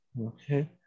okay